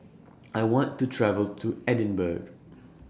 I want to travel to Edinburgh